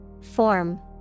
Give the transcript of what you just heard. Form